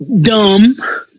dumb